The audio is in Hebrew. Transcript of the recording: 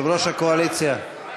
אני